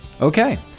Okay